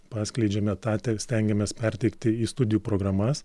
paskleidžiame tą stengiamės perteikti į studijų programas